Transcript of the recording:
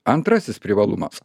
antrasis privalumas